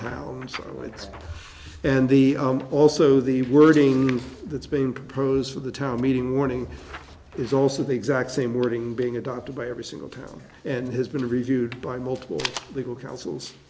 weeks and the also the wording that's been proposed for the town meeting warning is also the exact same wording being adopted by every single town and has been reviewed by multiple legal council